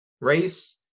race